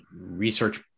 research